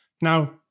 Now